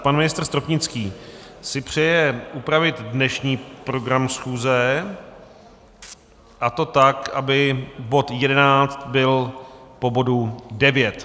Pan ministr Stropnický si přeje upravit dnešní program schůze, a to tak, aby bod 11 byl po bodu 9.